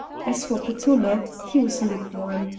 as for petullo, he was lukewarm.